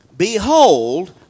Behold